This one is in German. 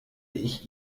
ich